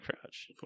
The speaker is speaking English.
Crouch